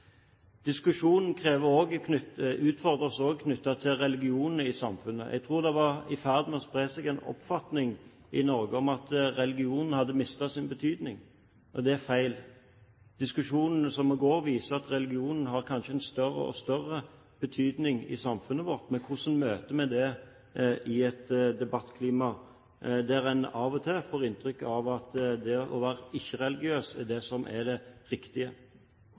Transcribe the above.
Diskusjonen utfordrer oss også knyttet til religion i samfunnet. Jeg tror det var i ferd med å spre seg en oppfatning i Norge om at religion hadde mistet sin betydning. Det er feil. Diskusjonen som går, viser at religion kanskje har større og større betydning i samfunnet vårt. Men hvordan møter vi det i et debattklima der en av og til får inntrykk av at det å være ikke-religiøs er det som er det riktige?